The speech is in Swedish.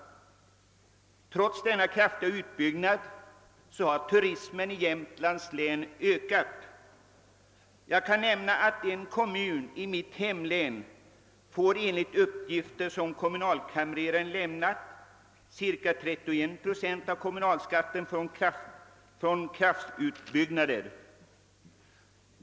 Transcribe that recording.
Trots denna kraftiga utbyggnad har turismen i Jämtlands län ökat. Jag kan nämna att en kommun i mitt hemlän enligt uppgifter som kommunalkamreraren lämnat får cirka 31 procent av kommunalskatten från kraftutbyggnader.